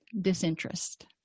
disinterest